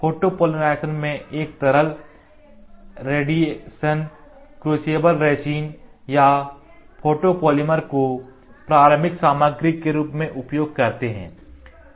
photopolymerization में एक तरल रेडिएशन क्रूसिबल रेजिन या फोटोपॉलीमर को प्राथमिक सामग्री के रूप में उपयोग करते है